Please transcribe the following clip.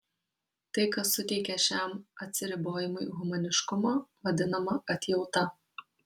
tai kas suteikia šiam atsiribojimui humaniškumo vadinama atjauta